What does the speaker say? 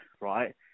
right